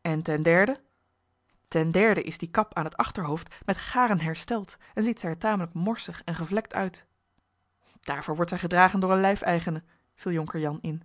en ten derde ten derde is die kap aan het achterhoofd met garen hersteld en ziet zij er tamelijk morsig en gevlekt uit daarvoor wordt zij gedragen door een lijfeigene viel jonker jan in